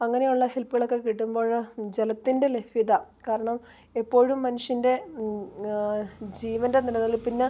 അങ്ങനെയുള്ള ഹെൽപ്പുകളൊക്കെ കിട്ടുമ്പോൾ ജലത്തിൻ്റെ ലഭ്യത കാരണം എപ്പോഴും മനുഷ്യൻ്റെ ജീവൻ്റെ നിലനിൽപ്പിന്